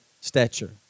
stature